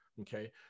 Okay